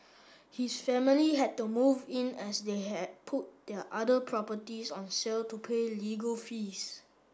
his family had to move in as they had put their other properties on sale to pay legal fees